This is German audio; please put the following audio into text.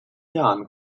jahren